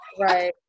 right